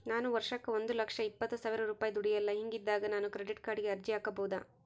ನಾನು ವರ್ಷಕ್ಕ ಒಂದು ಲಕ್ಷ ಇಪ್ಪತ್ತು ಸಾವಿರ ರೂಪಾಯಿ ದುಡಿಯಲ್ಲ ಹಿಂಗಿದ್ದಾಗ ನಾನು ಕ್ರೆಡಿಟ್ ಕಾರ್ಡಿಗೆ ಅರ್ಜಿ ಹಾಕಬಹುದಾ?